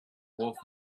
wolf